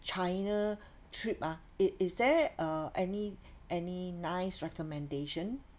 china trip ah it is there uh any any nice recommendation